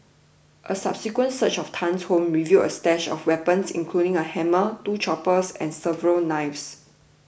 a subsequent search of Tan's home revealed a stash of weapons including a hammer two choppers and several knives